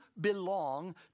belong